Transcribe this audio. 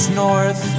north